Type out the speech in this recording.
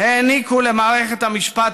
העניקו למערכת המשפט,